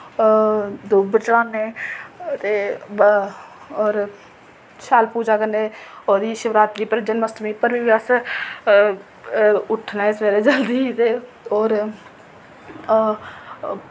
ध्रुब चढ़ाने ते ब और शैल पूजा करने और ई शिवरात्रि उप्पर जन्मअश्टमी उप्पर बी अस उट्ठने सवेरे जल्दी ते और